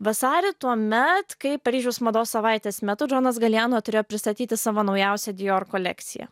vasarį tuomet kai paryžiaus mados savaitės metu džonas galijano turėjo pristatyti savo naujausią dijor kolekciją